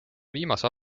viimase